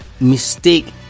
mistake